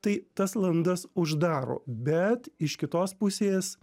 tai tas landas uždaro bet iš kitos pusės